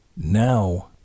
now